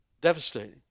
devastating